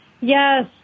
Yes